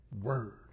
word